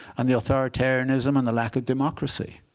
and the authoritarianism, and the lack of democracy.